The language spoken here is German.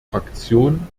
fraktion